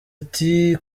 ati